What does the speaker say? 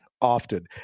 often